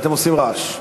אתם עושים רעש.